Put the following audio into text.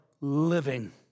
living